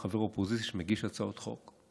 כחבר אופוזיציה שמגיש הצעות חוק,